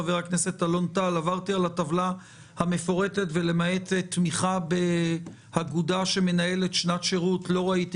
עברתי על הטבלה המפורטת ולמעט תמיכה באגודה שמנהלת שנת שירות לא ראיתי